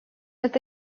это